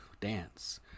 dance